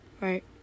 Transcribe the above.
right